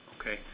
okay